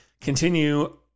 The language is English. continue